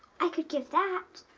i could give that.